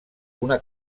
una